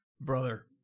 Brother